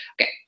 okay